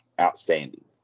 Outstanding